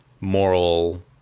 moral